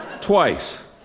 twice